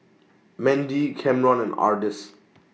Mendy Camron and Ardis